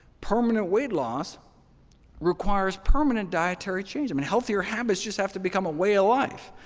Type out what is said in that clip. permanent weight loss requires permanent dietary changes i mean healthier habits just have to become a way of life.